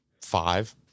five